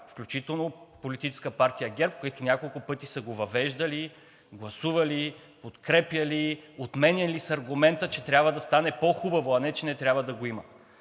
включително Политическа партия ГЕРБ, които няколко пъти са го въвеждали, гласували, подкрепяли, отменяли с аргумента, че трябва да стане по хубаво, а не че не трябва да го има.